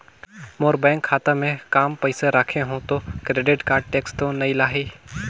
मोर bank खाता मे काम पइसा रखे हो तो क्रेडिट कारड टेक्स तो नइ लाही???